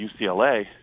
UCLA